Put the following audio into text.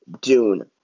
Dune